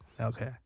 okay